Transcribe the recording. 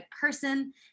person